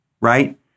right